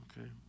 Okay